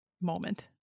moment